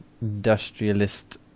industrialist